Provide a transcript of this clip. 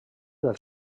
del